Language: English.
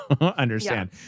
understand